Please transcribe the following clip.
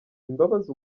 imbabazi